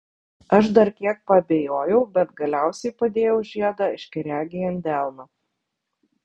aš dar kiek paabejojau bet galiausiai padėjau žiedą aiškiaregei ant delno